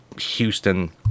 Houston